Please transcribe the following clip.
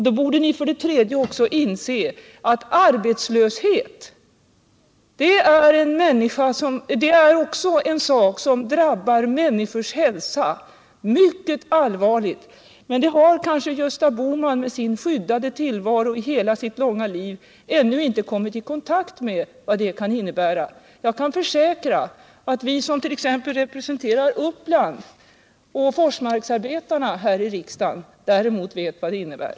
Då borde ni för det tredje inse att arbetslöshet också är något som drabbar människors hälsa mycket allvarligt. Men Gösta Bohman med sin skyddade tillvaro i hela sitt långa liv har kanske ännu inte kommit i kontakt med vad det kan innebära. Jag kan försäkra att vi som t.ex. representerar Uppland och Forsmarksarbetarna här i riksdagen däremot vet vad det innebär.